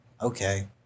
okay